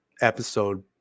episode